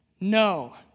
No